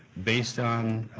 based on